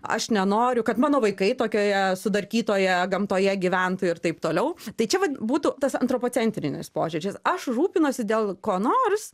aš nenoriu kad mano vaikai tokioje sudarkytoje gamtoje gyventų ir taip toliau tai čia vat būtų tas antropocentrinis požiūris aš rūpinuosi dėl ko nors